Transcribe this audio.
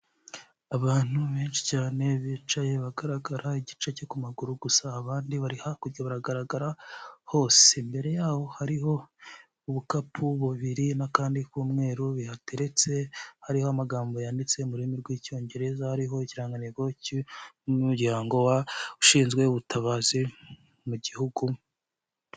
Abantu benshi cyane bicaye bagaragara igice cyo ku maguru gusa, abandi bari hakurya bagaragara hose, imbere yaho hariho ubukapu bubiri n'akandi k'umweru bihateretse, hariho amagambo yanditse mu rurimi rw'icyongereza, hariho ikirangantego cy'umuryango ushinzwe ubutabazi mu gihugu.